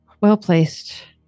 well-placed